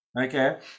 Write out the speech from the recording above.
okay